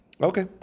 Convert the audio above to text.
Okay